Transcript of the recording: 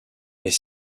est